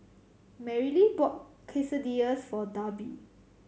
Merrilee bought Quesadillas for Darby